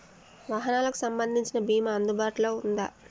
వాహనాలకు సంబంధించిన బీమా అందుబాటులో ఉందా?